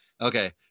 okay